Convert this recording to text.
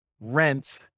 rent